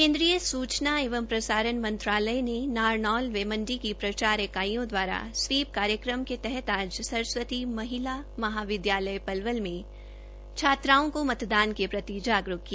केन्द्रीय सूचना एवं प्रसारण मंत्रालय ने नारनौल व मंडी की प्रचार इकाइयों द्वारा स्वीप कार्यक्रम के तहत आज सरस्वती महिला महाविद्यालय में छात्राओं को मतदान के प्रति जागरूक किया